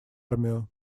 армию